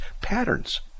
patterns